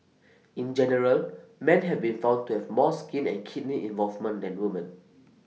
in general man have been found to have more skin and kidney involvement than woman